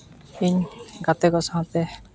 ᱤᱧ ᱜᱟᱛᱮ ᱠᱚ ᱥᱟᱶᱛᱮ